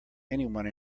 anyone